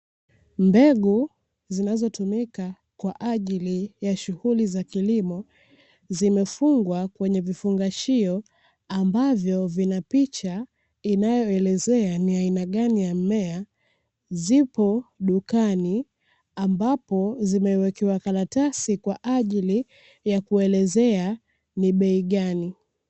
Mbegu zinazotumika kwa ajili ya shughuli za kilimo zimefungwa kwenye vifungashio ambavyo vina picha inayoelezea ni aina gani ya mmea. Zipo dukani ambapo zimewekewa karatasi kwa ajili ya kuelezea ni bei gani.